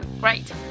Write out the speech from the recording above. Great